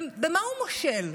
במה הוא מושל?